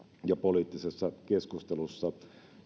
ja poliittisessa keskustelussa